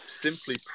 simply